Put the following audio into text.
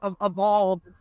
evolved